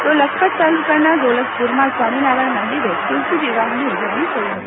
તો લખપત તાલુકાના દોલતપુરમાં સ્વામિનારાયણ મંદિરે તલસી વિવાહની ઉ જવણી થઈ હતી